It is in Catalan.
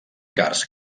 cars